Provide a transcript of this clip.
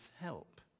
help